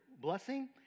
blessing